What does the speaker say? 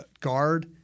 guard